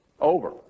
over